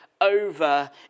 over